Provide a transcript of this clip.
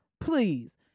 please